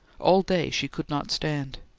all day she could not stand.